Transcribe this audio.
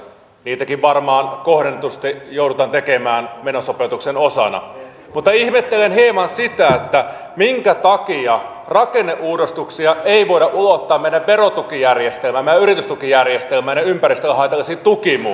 niitäkin varmaan kohdennetusti joudutaan tekemään menosopeutuksen osana mutta ihmettelen hieman sitä minkä takia rakenneuudistuksia ei voida ulottaa muun muassa meidän verotukijärjestelmäämme ja meidän yritystukijärjestelmäämme ja ympäristölle haitallisiin tukiin